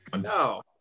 No